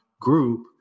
group